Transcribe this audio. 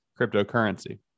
cryptocurrency